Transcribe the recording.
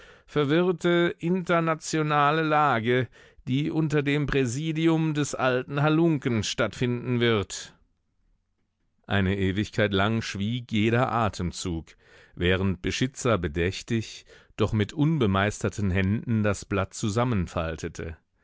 verwirrte internationale lage die unter dem präsidium des alten halunken stattfinden wird eine ewigkeit lang schwieg jeder atemzug während beschitzer bedächtig doch mit unbemeisterten händen das blatt zusammenfaltete